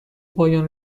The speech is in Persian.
پایان